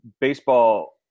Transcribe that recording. baseball